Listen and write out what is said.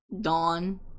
Dawn